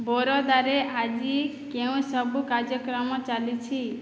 ବରୋଦାରେ ଆଜି କେଉଁ ସବୁ କାର୍ଯ୍ୟକ୍ରମ ଚାଲିଛି